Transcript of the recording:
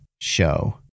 show